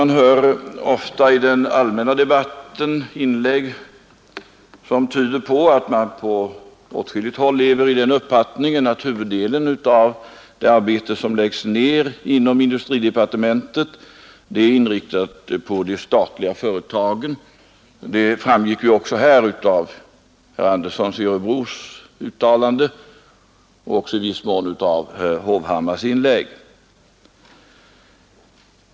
Vi hör ofta i den allmänna debatten inlägg som tyder på att man på åtskilliga håll lever i den uppfattningen att huvuddelen av det arbete som läggs ner inom industridepartementet är inriktad på de statliga företagen. Det framgick här av herr Anderssons i Örebro inlägg och i viss mån även av herr Hovhammars anförande.